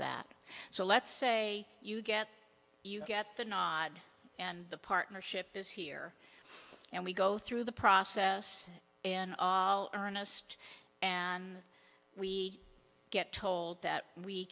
that so let's say you get you get the nod and the partnership is here and we go through the process in earnest and we get told that we